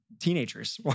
teenagers